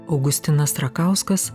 augustinas rakauskas